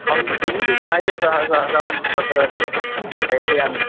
अहं किं विचार्यतः सः ताः तत्र प्रेषयामि